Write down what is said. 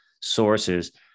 sources